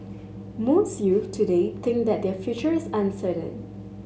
most youth today think that their feature is uncertain